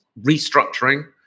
restructuring